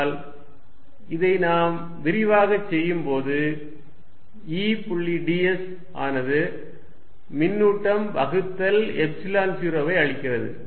ஆனால் இதை நாம் விரிவாக செய்யும் போது E புள்ளி ds ஆனது மின்னூட்டம் வகுத்தல் எப்சிலன் 0 வை அளிக்கிறது